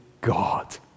God